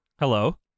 Hello